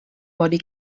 body